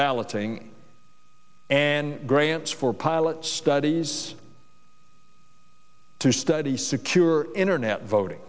balloting and grants for pilot studies to study secure internet voting